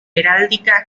heráldica